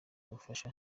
ubufasha